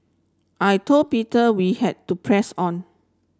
I told Peter we had to press on